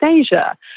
Asia